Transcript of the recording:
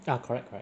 ya correct correct